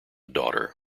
daughter